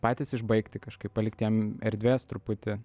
patys išbaigti kažkaip palikt jiem erdvės truputį